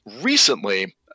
recently